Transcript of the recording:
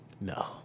No